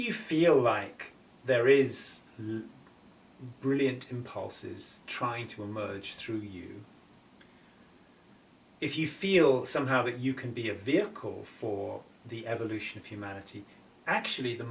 you feel like there is a brilliant impulses trying to emerge through you if you feel somehow that you can be a vehicle for the evolution of humanity actually the